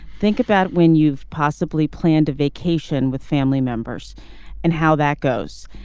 think of that when you've possibly planned a vacation with family members and how that goes.